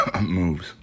moves